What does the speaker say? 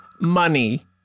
money